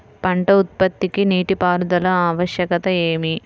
పంట ఉత్పత్తికి నీటిపారుదల ఆవశ్యకత ఏమి?